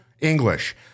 English